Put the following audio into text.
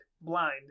blind